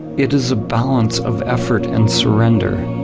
it is a balance of effort and surrender,